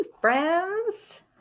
friends